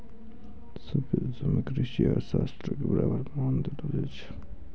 सभ्भे देशो मे कृषि अर्थशास्त्रो के बराबर मान देलो जाय छै